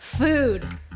Food